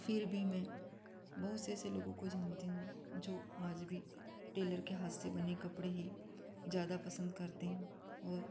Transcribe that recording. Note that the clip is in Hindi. फिर भी मैं बहुत से ऐसे लोगों को जानती हूँ जो आज भी टेलर के हाथ से बने कपड़े ही ज़्यादा पसंद करते हैं और